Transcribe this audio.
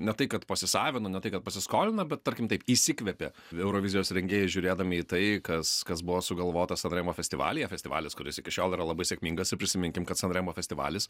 ne tai kad pasisavino ne tai kad pasiskolina bet tarkim taip įsikvepia eurovizijos rengėjai žiūrėdami į tai kas kas buvo sugalvota san remo festivalyje festivalis kuris iki šiol yra labai sėkmingas ir prisiminkim kad san remo festivalis